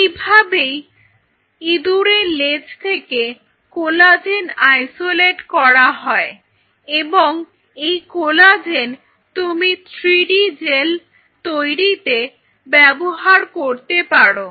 এই ভাবেই ইঁদুরের লেজ থেকে কোলাজেন আইসোলেট করা হয় এবং এই কোলাজেন তুমি থ্রিডি জেল তৈরিতে ব্যবহার করতে পারো